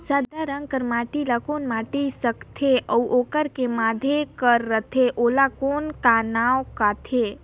सादा रंग कर माटी ला कौन माटी सकथे अउ ओकर के माधे कर रथे ओला कौन का नाव काथे?